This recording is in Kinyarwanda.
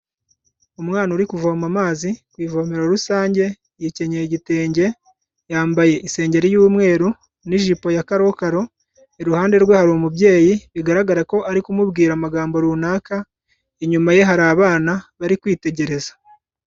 Umwana uri kuvoma amazi ku ivomero rusange yikenyeye igitenge, yambaye isengeri y'umweru n'ijipo ya karokaro, iruhande rwe hari umubyeyi bigaragara ko ari kumubwira amagambo runaka, inyuma ye hari abana bari kwitegereza.